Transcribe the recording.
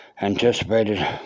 anticipated